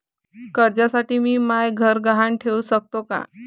कर्जसाठी मी म्हाय घर गहान ठेवू सकतो का